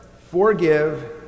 forgive